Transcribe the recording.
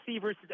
versus